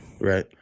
Right